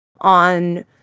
on